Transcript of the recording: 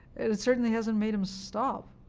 and it certainly hasn't made him stop.